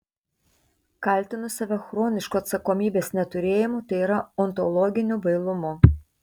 kaltinu save chronišku atsakomybės neturėjimu tai yra ontologiniu bailumu